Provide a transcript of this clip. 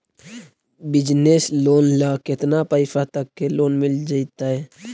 Business loan ल केतना पैसा तक के लोन मिल जितै?